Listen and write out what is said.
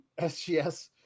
SGS